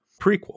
prequel